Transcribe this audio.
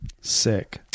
Sick